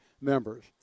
members